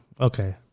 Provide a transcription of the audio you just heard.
Okay